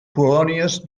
colònies